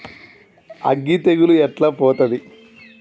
అగ్గి తెగులు ఎట్లా పోతది?